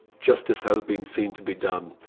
justice has been seen to be done.